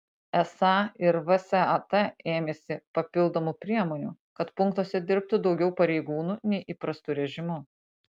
esą ir vsat ėmėsi papildomų priemonių kad punktuose dirbtų daugiau pareigūnų nei įprastu režimu